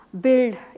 build